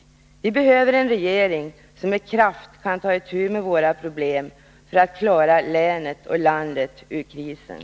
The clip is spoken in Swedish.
Vi behöver en regering som med kraft kan ta itu med våra problem för att klara länet och landet ur krisen.